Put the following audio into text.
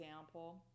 example